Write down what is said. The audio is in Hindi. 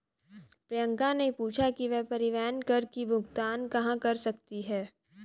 प्रियंका ने पूछा कि वह परिवहन कर की भुगतान कहाँ कर सकती है?